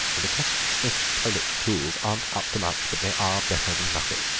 the kestrel-smith toilet tools aren't up to much, but they are better than nothing.